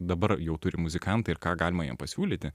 dabar jau turi muzikantai ir ką galima jiem pasiūlyti